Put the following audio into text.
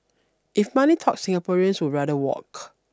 if money talks Singaporeans would rather walk